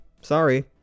Sorry